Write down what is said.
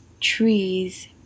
trees